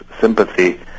sympathy